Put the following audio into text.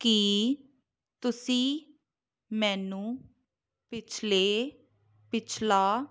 ਕੀ ਤੁਸੀਂ ਮੈਨੂੰ ਪਿਛਲੇ ਪਿਛਲਾ